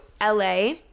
LA